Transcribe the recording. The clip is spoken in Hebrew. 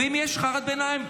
ואם יש לך הערות ביניים,